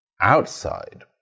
outside